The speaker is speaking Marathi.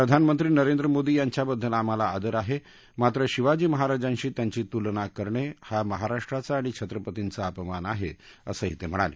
प्रधानमंत्री नरेंद्र मोदी यांच्याबद्दल आम्हाला आदर आहे मात्र शिवाजी महाराजांशी त्यांची तुलना करणे हा महाराष्ट्राचा आणि छत्रपतींचा अपमान आहे असंही ते म्हणाले